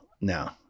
No